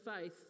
faith